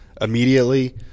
immediately